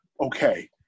okay